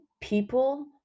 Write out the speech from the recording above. people